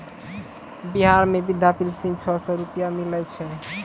बिहार मे वृद्धा पेंशन छः सै रुपिया मिलै छै